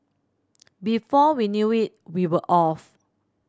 before we knew it we were off